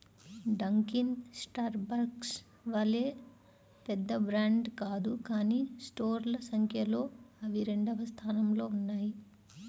Dunkin Starbucks వలె పెద్ద brand కాదు కానీ స్టోర్ల సంఖ్యలో అవి రెండవ స్థానంలో ఉన్నాయి